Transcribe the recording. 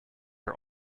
are